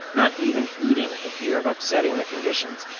not even eating for fear of upsetting the conditions.